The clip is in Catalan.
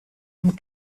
amb